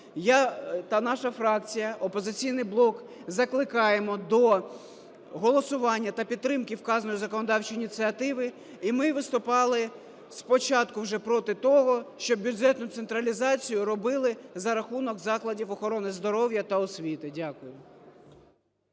Я та наша фракція "Опозиційний блок" закликаємо до голосування та підтримки вказаної законодавчої ініціативи, і ми виступали спочатку вже проти того, щоб бюджетну централізацію робили за рахунок закладів охорони здоров'я та освіти. Дякую.